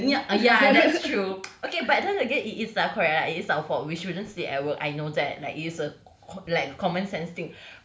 y~ ya that's true okay but then again it is lah correct lah it's our fault we shouldn't sleep at work I know that like it is a co~ like common sense thing